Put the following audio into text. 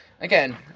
again